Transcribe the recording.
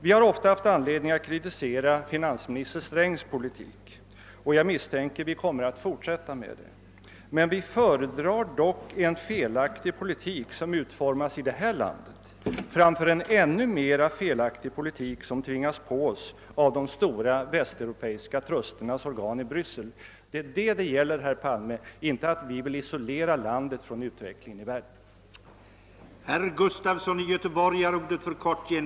Vi har ofta haft anledning att kritisera finansminister Strängs politik, och jag misstänker att vi kommer att fortsätta med det, men vi föredrar en felaktig politik som utformas i det här landet framför en ännu mer felaktig politik som tvingas på oss av de stora västeuropeiska trusternas organ i Bryssel. Det är detta som det gäller, herr Palme, inte att vi vill isolera landet från utvecklingen i världen.